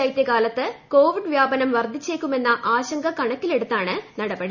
ശൈത്യകാലത്ത് കോവിഡ് വ്യാപനം വ്യർദ്ധിച്ചേക്കുമെന്ന് ആശങ്ക കണക്കിലെടുത്താണ് നടപടി